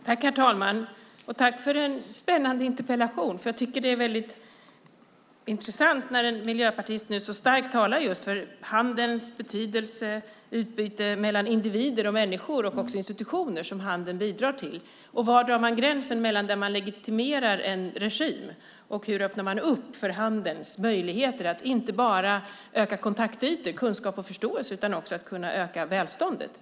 Herr talman! Jag tackar för en spännande interpellation. Det är intressant att en miljöpartist nu så starkt talar för handelns betydelse och utbyte mellan individer och institutioner som handeln bidrar till. Var drar man gränsen i fråga om när man legitimerar en regim, och hur öppnar man upp för handelns möjligheter att inte bara öka kontaktytor, kunskap och förståelse utan att också kunna öka välståndet?